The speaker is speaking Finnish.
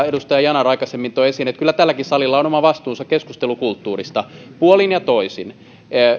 edustaja yanar aikaisemmin toi esiin että kyllä tälläkin salilla on oma vastuunsa keskustelukulttuurista puolin ja toisin